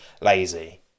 lazy